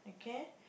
okay